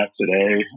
today